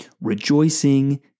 rejoicing